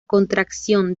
contracción